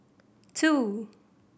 two